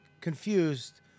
confused